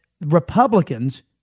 Republicans